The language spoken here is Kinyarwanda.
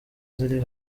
ziri